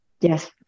Yes